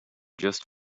just